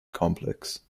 complex